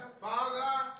Father